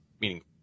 meaning